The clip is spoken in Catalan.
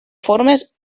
formes